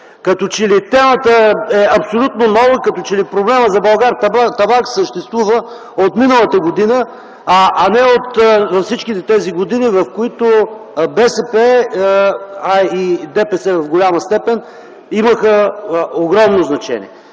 Като че ли темата е абсолютно нова, като че ли проблемът за „Булгартабак” съществува от миналата година, а не от всичките тези години, в които БСП и ДПС в голяма степен имаха огромно значение.